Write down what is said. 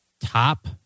top